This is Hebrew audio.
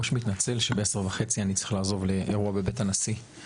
אני כבר מראש מתנצל שב-10:30 אני צריך לעזוב לאירוע בבית הנשיא.